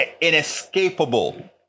inescapable